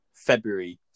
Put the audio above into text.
february